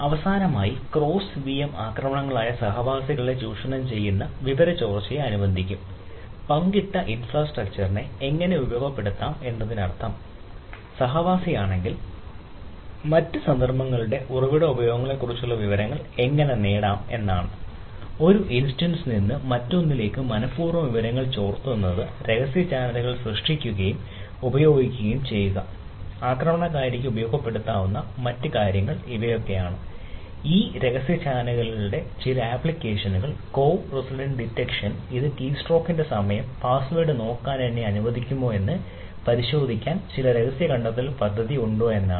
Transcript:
അവസാനമായി cross VM സമയം password നോക്കാൻ എന്നെ അനുവദിക്കുമോയെന്നത് പരിശോധിക്കാൻ എനിക്ക് ചില രഹസ്യ കണ്ടെത്തൽ പദ്ധതി ഉണ്ടോയെന്നതാണ്